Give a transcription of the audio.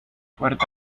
puerta